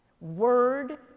word